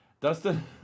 Dustin